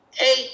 Eight